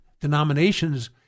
denominations